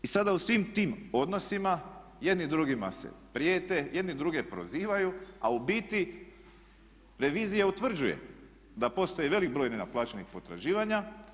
I sada u svim tim odnosima jedni drugima se prijete, jedni druge prozivaju a u biti revizija utvrđuje da postoji velik broj nenaplaćenih potraživanja.